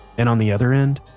and on the other end,